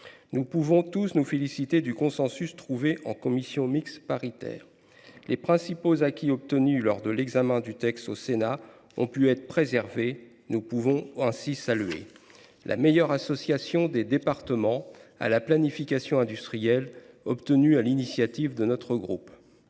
Nous pouvons nous féliciter du consensus trouvé en commission mixte paritaire. Les principaux acquis obtenus lors de l’examen du texte au Sénat ont pu être préservés. Nous pouvons ainsi saluer une meilleure association des départements à la planification industrielle, obtenue sur l’initiative de notre groupe,